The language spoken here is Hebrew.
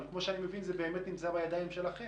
אבל כמו שאני מבין זה באמת נמצא בידיים שלכם,